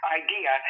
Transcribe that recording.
idea